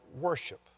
worship